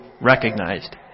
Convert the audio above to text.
recognized